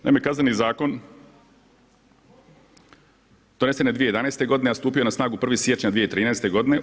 Naime, Kazneni zakon donesen je 2011. godine, a stupio je na snagu 1. siječnja 2013. godine.